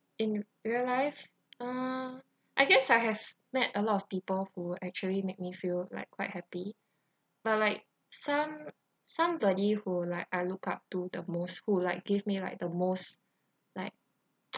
in real life uh I guess I have met a lot of people who actually make me feel like quite happy but like some~ somebody who like I look up to the most who like give me like the most like